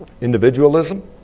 Individualism